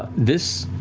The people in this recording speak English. this